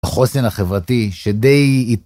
החוסן החברתי שדי...